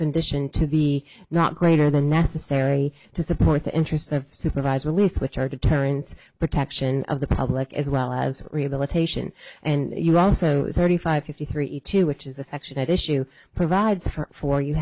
condition to be not greater than necessary to support the interests of supervised release which are deterrence protection of the public as well as rehabilitation and you also thirty five fifty three two which is the section at issue provides for for you